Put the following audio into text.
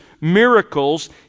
miracles